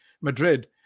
Madrid